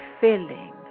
filling